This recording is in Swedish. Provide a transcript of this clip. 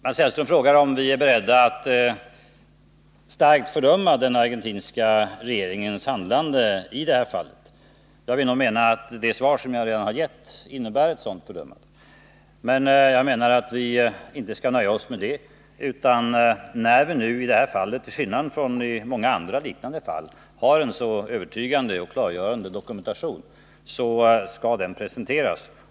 Mats Hellström frågar om vi är beredda att starkt fördöma den argentinska regeringens handlande i det här fallet, och jag anser att det svar jag lämnat innebär ett sådant fördömande. Vi skall givetvis inte nöja oss med det, utan när vi nu har en så övertygande och klargörande dokumentation, så skall den presenteras.